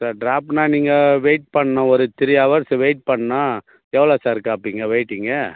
sir ட்ராப்ன்னா நீங்கள் wait பண்ணணும் ஒரு த்ரீ ஹவர்ஸ் வெய்ட் பண்ணணும் எவ்வளோ சார் கேட்பிங்க வெய்ட்டிங்கு